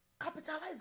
capitalize